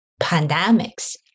pandemics